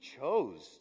chose